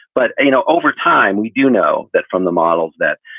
but, you know, over time, we do know that from the models that,